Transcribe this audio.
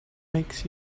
makes